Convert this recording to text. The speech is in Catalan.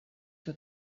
que